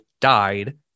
died